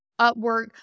Upwork